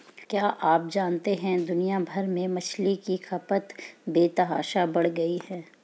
क्या आप जानते है दुनिया भर में मछली की खपत बेतहाशा बढ़ गयी है?